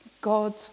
God